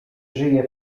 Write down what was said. żyje